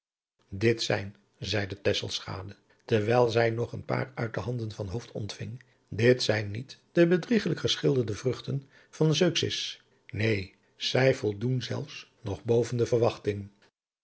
dit zijn zeide tesselschade terwijl zij nog een paar uit de handen van hooft ontving dit zijn niet de bedriegelijk geschilderde vruchten van zeuxis neen neen zij voldoen zelfs nog boven de verwachting